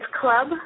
Club